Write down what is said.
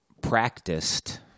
practiced